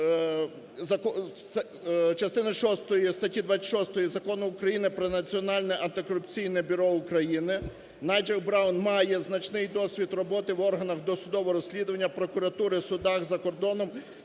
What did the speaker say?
шостої статті 26 Закону України "Про Національне антикорупційне бюро України". Найджел Браун має значний досвід роботи в органах досудового розслідування, прокуратури, судах закордоном